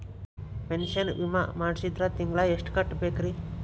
Pension ವಿಮಾ ಮಾಡ್ಸಿದ್ರ ತಿಂಗಳ ಎಷ್ಟು ಕಟ್ಬೇಕ್ರಿ?